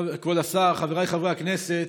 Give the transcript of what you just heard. כבוד השר, חבריי חברי הכנסת,